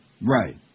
Right